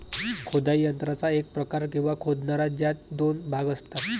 खोदाई यंत्राचा एक प्रकार, किंवा खोदणारा, ज्यात दोन भाग असतात